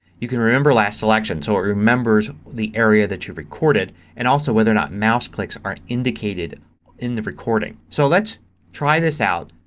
you can remember last selection. so it remembers the area that you recorded. and also whether or not mouse clicks are indicated in the recording. so let's try this out.